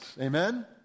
amen